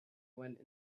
went